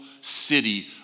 city